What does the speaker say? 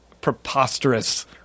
preposterous